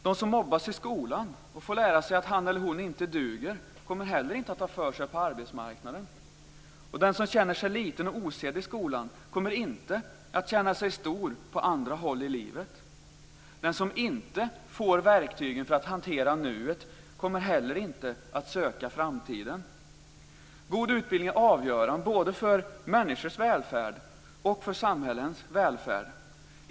De som mobbas i skolan och får lära sig att han eller hon inte duger kommer heller inte att ta för sig på arbetsmarknaden. Och den som känner sig liten och osedd i skolan kommer inte att känna sig stor på andra håll i livet. Den som inte får verktygen för att hantera nuet kommer heller inte att söka framtiden. God utbildning är avgörande både för människors välfärd och för samhällens välfärd.